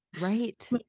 Right